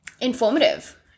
informative